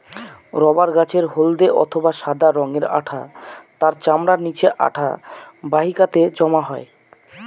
rubber গাছের হল্দে অথবা সাদা রঙের আঠা তার চামড়ার নিচে আঠা বাহিকাতে জমা হয়